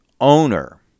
owner